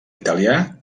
italià